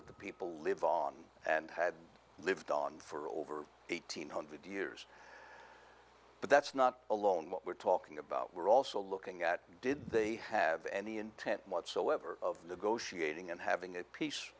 that the people live on and had lived on for over eight hundred years but that's not alone what we're talking about we're also looking at did they have any intent whatsoever of negotiating and having a peace